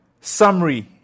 summary